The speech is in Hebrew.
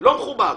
לא מכובד.